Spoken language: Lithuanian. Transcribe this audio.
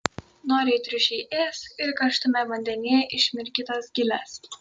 noriai triušiai ės ir karštame vandenyje išmirkytas giles